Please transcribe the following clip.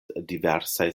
diversaj